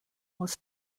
was